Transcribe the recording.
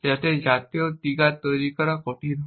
যাতে এই জাতীয় ট্রিগার তৈরি করা কঠিন হয়